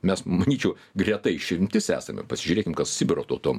mes manyčiau greta išimtis esame pasižiūrėkim kas sibiro tautom